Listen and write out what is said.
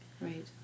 Right